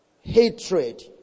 hatred